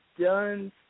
done